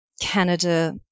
Canada